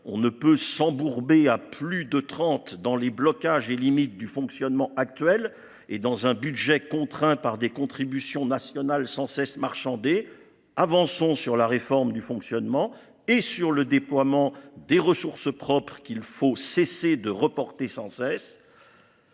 On ne peut s’embourber à plus de trente États dans les blocages et les limites du fonctionnement actuel, qui plus est avec un budget contraint par des contributions nationales sans cesse marchandées. Avançons sur la réforme du fonctionnement et sur le déploiement des ressources propres, qu’il faut arrêter de reporter sans cesse.